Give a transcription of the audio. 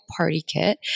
PartyKit